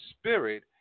spirit